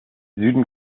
süden